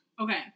Okay